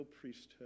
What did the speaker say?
priesthood